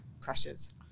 pressures